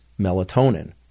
melatonin